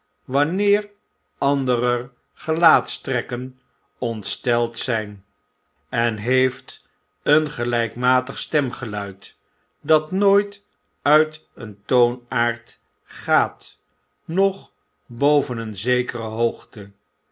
wanneer anderer gelaatstrekken ontsteld zyn en heeft een gelijkmatig stemgeluid dat nooit uit een toonaard gaat noch boven een zekere hoogte